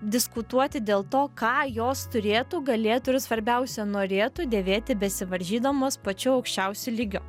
diskutuoti dėl to ką jos turėtų galėtų ir svarbiausia norėtų dėvėti besivaržydamos pačiu aukščiausiu lygiu